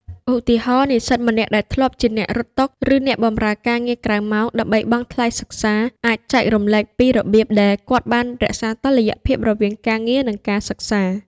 ឧទាហរណ៍ និស្សិតម្នាក់ដែលធ្លាប់ជាអ្នករត់តុ ឬអ្នកបម្រើការងារក្រៅម៉ោង ដើម្បីបង់ថ្លៃសិក្សា អាចចែករំលែកពីរបៀបដែលគាត់បានរក្សាតុល្យភាពរវាងការងារ និងការសិក្សា។